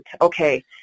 Okay